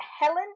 Helen